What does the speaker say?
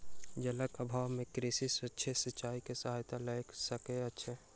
जलक अभाव में कृषक सूक्ष्म सिचाई के सहायता लय सकै छै